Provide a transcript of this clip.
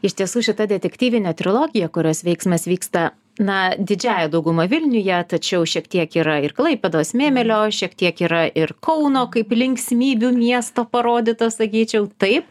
iš tiesų šita detektyvinė trilogija kurios veiksmas vyksta na didžiąja dauguma vilniuje tačiau šiek tiek yra ir klaipėdos mėmėlio šiek tiek yra ir kauno kaip linksmybių miesto parodyta sakyčiau taip